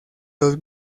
los